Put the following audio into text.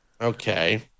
okay